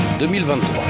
2023